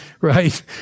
right